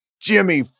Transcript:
Jimmy